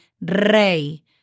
rey